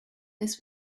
this